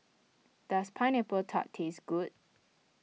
does Pineapple Tart taste good